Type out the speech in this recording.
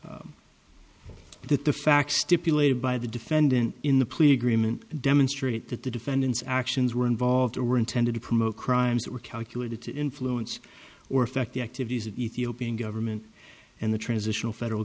that the facts stipulated by the defendant in the plea agreement demonstrate that the defendant's actions were involved or were intended to promote crimes that were calculated to influence or affect the activities of ethiopian government and the transitional federal